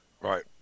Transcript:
Right